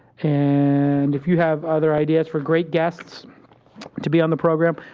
and if you have other ideas for great guests to be on the program,